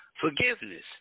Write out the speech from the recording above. forgiveness